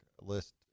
list